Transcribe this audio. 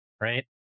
right